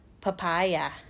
Papaya